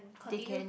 they can